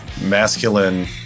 masculine